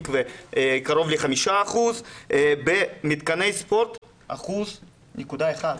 מקווה קרוב ל-5%; במתקני ספורט 1.1%,